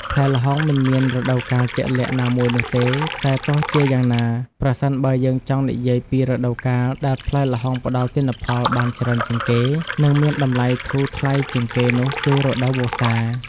ផ្លែល្ហុងមិនមានរដូវកាលជាក់លាក់ណាមួយនោះទេ តែទោះជាយ៉ាងណា ប្រសិនបើយើងចង់និយាយពីរដូវកាលដែលផ្លែល្ហុងផ្តល់ទិន្នផលបានច្រើនជាងគេ និងមានតម្លៃធូរថ្លៃជាងគេនោះគឺរដូវវស្សា។